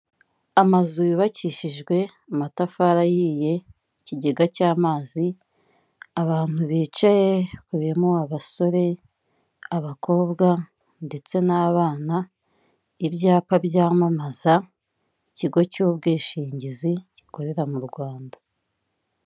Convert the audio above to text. Amazu yubakishijwe amatafari ahiye, ikigega cy'amazi. Abantu bicaye bakubiyemo abasore abakobwa ndetse n'abana, ibyapa byamamaza ikigo cy'ubwishingizi gikorera mu Rwanda.